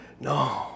No